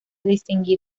distinguir